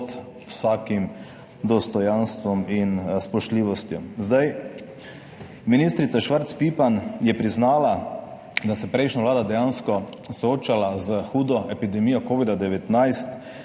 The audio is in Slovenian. vsakim dostojanstvom in spoštljivostjo. Ministrica Švarc Pipan je priznala, da se je prejšnja vlada dejansko soočala s hudo epidemijo covida-19